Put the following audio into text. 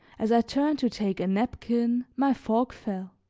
as i turned to take a napkin, my fork fell.